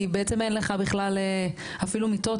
כי בעצם אין לך בכלל אפילו מיטות,